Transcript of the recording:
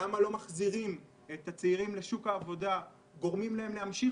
למה לא מחזירים את הצעירים לשוק העבודה וגורמים להם להמשיך